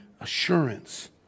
assurance